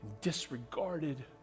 disregarded